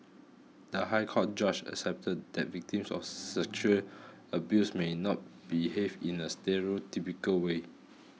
the High Court judge accepted that victims of sexual abuse may not behave in a stereotypical way